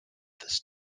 this